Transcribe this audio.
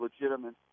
legitimate –